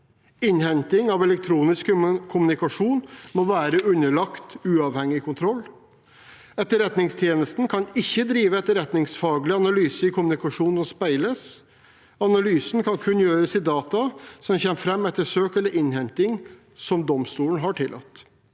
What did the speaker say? Innhenting av elektronisk kommunikasjon må være underlagt uavhengig kontroll. Etterretningstjenesten kan ikke drive etterretningsfaglig analyse i kommunikasjon som speiles, analysen kan kun gjøres i data som kommer fram etter søk eller innhenting som domstolen har tillatt.